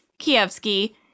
Kievsky